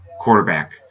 quarterback